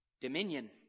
Dominion